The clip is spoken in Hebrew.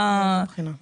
מה עשיתם עד היום?